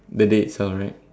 the day itself right